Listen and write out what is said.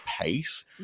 pace